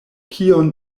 kion